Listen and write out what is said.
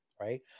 right